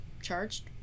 charged